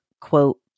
quote